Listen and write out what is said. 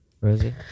Rosie